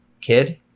kid